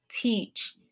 teach